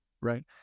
right